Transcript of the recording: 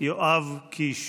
יואב קיש.